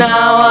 Now